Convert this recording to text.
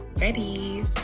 Ready